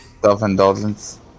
Self-indulgence